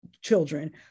children